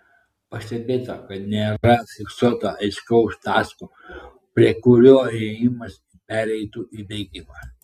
pastebėta kad nėra fiksuoto aiškaus taško prie kurio ėjimas pereitų į bėgimą